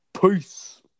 Peace